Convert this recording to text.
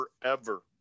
forever